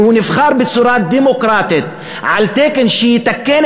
והוא נבחר בצורה דמוקרטית על תקן שיתקן